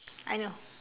I know